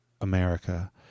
America